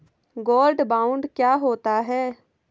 Gold bond क्या होता है?